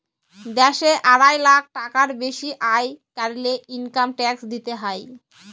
দ্যাশে আড়াই লাখ টাকার বেসি আয় ক্যরলে ইলকাম ট্যাক্স দিতে হ্যয়